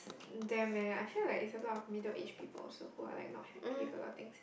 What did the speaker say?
them eh I feel like it's a lot of middle aged people also who are like not happy with a lot of things